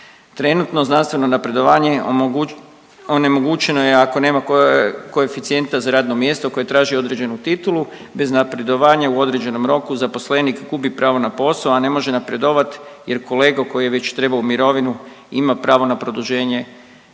Trenutno znanstveno napredovanje onemogućeno je ako nema koeficijenta za radno mjesto koje traži određenu titulu bez napredovanja u određenom roku zaposlenik gubi pravo na posao, a ne može napredovati jer kolega koji je već trebao u mirovinu ima pravo na produženje